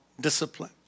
discipline